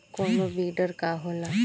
कोनो बिडर का होला?